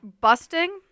Busting